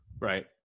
Right